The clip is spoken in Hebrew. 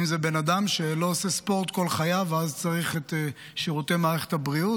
אם זה בן אדם שלא עושה ספורט כל חייו ואז צריך את שירותי מערכת הבריאות,